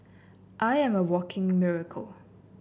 I am a walking miracle